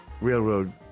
railroad